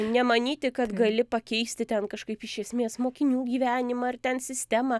nemanyti kad gali pakeisti ten kažkaip iš esmės mokinių gyvenimą ir ten sistemą